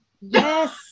yes